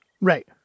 Right